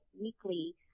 weekly